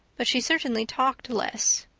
but she certainly talked less.